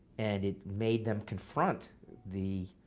and it made them confront the